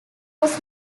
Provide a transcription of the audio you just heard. was